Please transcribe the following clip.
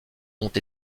ont